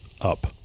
up